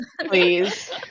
please